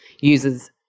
uses